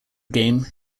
game